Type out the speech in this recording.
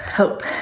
Hope